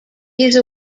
these